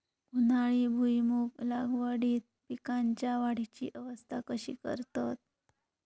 उन्हाळी भुईमूग लागवडीत पीकांच्या वाढीची अवस्था कशी करतत?